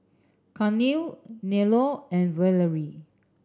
Carnell Nello and Valerie